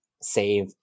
save